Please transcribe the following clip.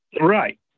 Right